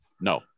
no